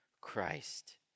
Christ